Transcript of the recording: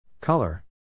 Color